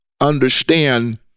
understand